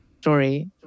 Story